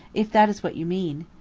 if that is what you mean.